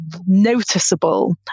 noticeable